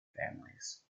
families